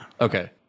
Okay